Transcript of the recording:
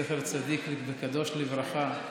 זכר צדיק וקדוש לברכה,